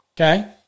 Okay